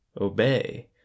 obey